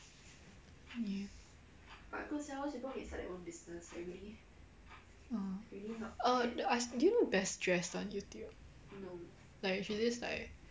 err I do you know best dressed on youtube like she's this like